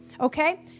Okay